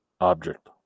Object